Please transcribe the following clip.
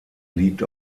liegt